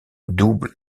double